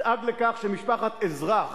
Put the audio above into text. דאג לכך שמשפחת אזרח